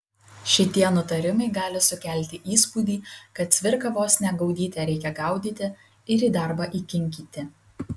šitie nutarimai gali sukelti įspūdį kad cvirką vos ne gaudyte reikia gaudyti ir į darbą įkinkyti